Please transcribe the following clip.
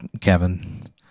Kevin